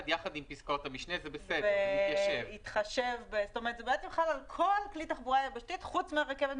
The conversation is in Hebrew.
זה בעצם סעיף שהוא אחרי תיקון.